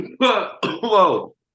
whoa